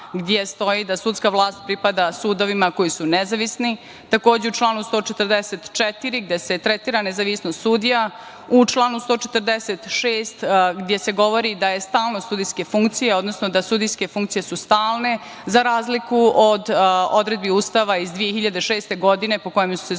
gde stoji da sudska vlast pripada sudovima koji su nezavisni. Takođe u članovima 144. gde se tretiran nezavisnost sudija, u članu 145. gde se govori da je stalnost sudijske funkcije, odnosno da sudijske funkcije su stalne za razliku od odredbi Ustava iz 2006. godine po kojem su se sudije